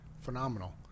Phenomenal